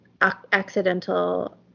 accidental